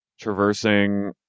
traversing